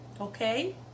Okay